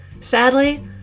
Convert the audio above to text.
Sadly